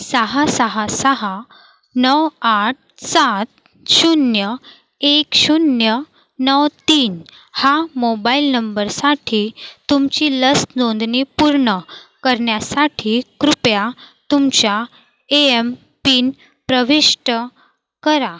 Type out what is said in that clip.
सहा सहा सहा नऊ आठ सात शून्य एक शून्य नऊ तीन हा मोबाईल नंबरसाठी तुमची लस नोंदणी पूर्ण करण्यासाठी कृपया तुमच्या एएमपिन प्रविष्ट करा